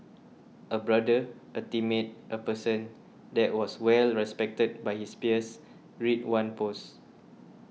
a brother a teammate a person that was well respected by his peers read one post